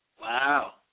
Wow